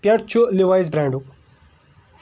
pant چھُ Levi's برینڈُک